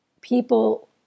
people